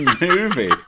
movie